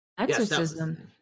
Exorcism